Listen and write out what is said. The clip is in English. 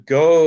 go